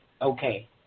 Okay